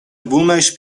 بومش